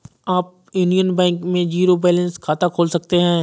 आप Union Bank में zero balance खाता खोल सकते हैं